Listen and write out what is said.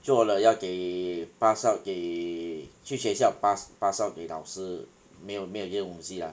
做了要给 pass out 给去学校 pass pass out 给老师没有没有这种东西啦